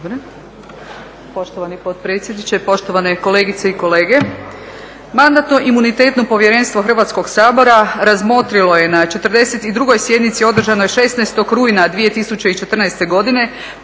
(SDP)** Poštovani potpredsjedniče, poštovane kolegice i kolege. Mandatno-imunitetno povjerenstvo Hrvatskog sabora razmotrilo je na 42. sjednici održanoj 16. rujna 2014. godine